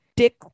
dick